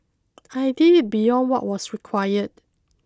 I did it beyond what was required